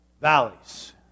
Valleys